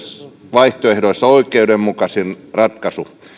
vaihtoehdoista oikeudenmukaisin ratkaisu